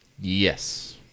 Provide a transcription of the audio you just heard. Yes